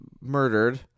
murdered